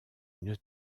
une